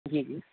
جی جی